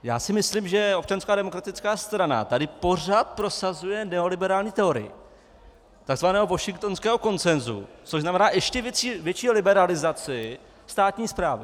Já si myslím, že Občanská demokratická strana tady pořád prosazuje neoliberální teorii takzvaného washingtonského konsensu, což znamená ještě větší liberalizaci státní správy.